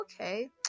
okay